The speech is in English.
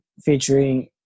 featuring